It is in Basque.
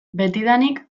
betidanik